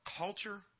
culture